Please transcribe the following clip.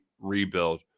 rebuild